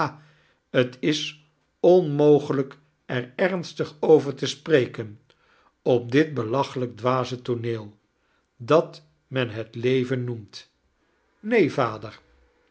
ha tis onmogelijk er ernstig over te spreken op dit belachelijk dwaze tooneel dat men net leven noemt neen vader